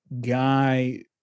guy